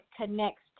connects